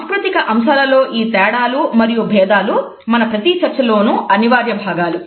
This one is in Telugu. సాంస్కృతిక అంశాలలో ఈ తేడాలు మరియు భేదాలు మన ప్రతి చర్చలోనూ అనివార్య భాగాలు